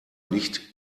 nicht